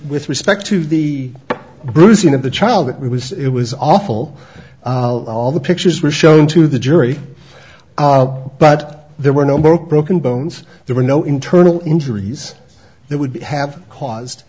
with respect to the bruising of the child it was it was awful all the pictures were shown to the jury but there were no more broken bones there were no internal injuries that would have caused